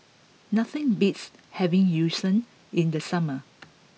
nothing beats having yu sheng in the summer